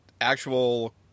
actual